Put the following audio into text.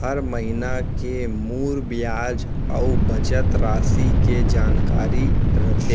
हर महिना के मूर बियाज अउ बचत रासि के जानकारी रथे